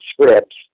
scripts